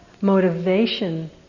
motivation